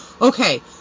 okay